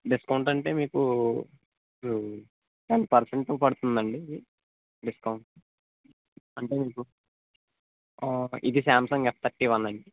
discount అంటే మీకు ten percent పడుతుందండి ఇది డిస్కౌంటు అంటే ఇప్పుడు ఇది శామ్సంగ్ ఎఫ్ థర్టీ వన్ అండి